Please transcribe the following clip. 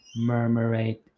murmurate